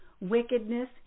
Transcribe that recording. wickedness